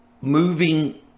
moving